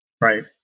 right